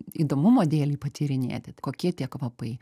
įdomumo dėlei patyrinėti kokie tie kvapai